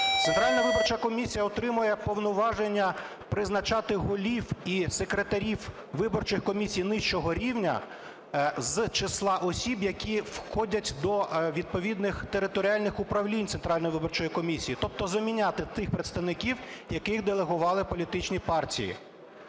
Центральна виборча комісія отримує повноваження призначати голів і секретарів виборчих комісій нижчого рівня з числа осіб, які входять до відповідних територіальних управлінь Центральної виборчої комісії, тобто заміняти тих представників, яких делегували політичні партії.